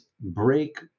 break